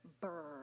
bird